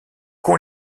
qu’on